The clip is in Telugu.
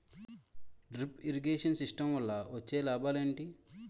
డ్రిప్ ఇరిగేషన్ సిస్టమ్ వల్ల వచ్చే లాభాలు ఏంటి?